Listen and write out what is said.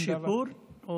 יש שיפור?